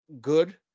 good